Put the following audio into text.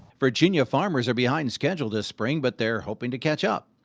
virginia farmers are behind schedule this spring, but they're hoping to catch up.